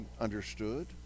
understood